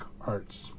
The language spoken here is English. arts